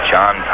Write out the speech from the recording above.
John